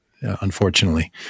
unfortunately